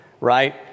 right